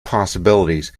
possibilities